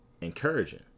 encouraging